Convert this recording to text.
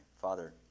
Father